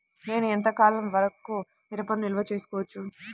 నేను ఎంత కాలం వరకు మిరపను నిల్వ చేసుకోవచ్చు?